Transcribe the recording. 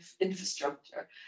infrastructure